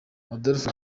adolphe